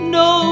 no